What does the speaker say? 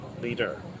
leader